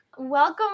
welcome